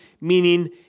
meaning